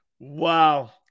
Wow